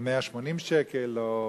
אם 180 שקל או